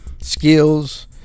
skills